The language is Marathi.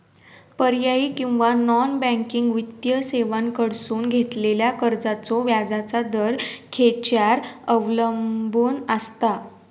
पर्यायी किंवा नॉन बँकिंग वित्तीय सेवांकडसून घेतलेल्या कर्जाचो व्याजाचा दर खेच्यार अवलंबून आसता?